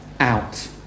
out